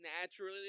naturally